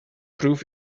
proof